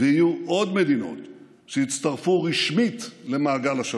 ויהיו עוד מדינות שיצטרפו רשמית למעגל השלום.